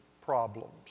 problems